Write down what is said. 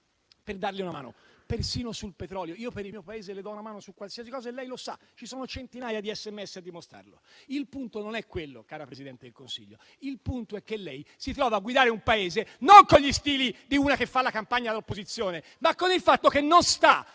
per darle una mano, persino sul petrolio. Io per il mio Paese le do una mano su qualsiasi cosa e lei lo sa. Ci sono centinaia di SMS a dimostrarlo. Il punto non è quello, cara Presidente del Consiglio. Il punto è che lei si trova a guidare un Paese non con lo stile di una che fa la campagna all'opposizione, ma con il fatto che non sta